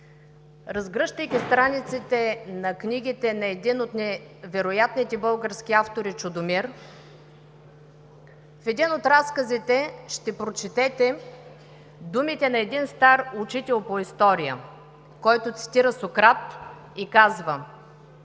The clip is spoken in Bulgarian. Разгръщайки страниците на книгите на един от невероятните български автори Чудомир, в един от разказите ще прочетете думите на стар учител по история, който цитира Сократ и казва: